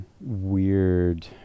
weird